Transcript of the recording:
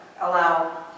allow